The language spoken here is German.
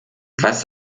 was